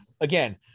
again